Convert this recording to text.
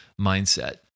mindset